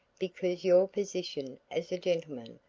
because your position as a gentleman,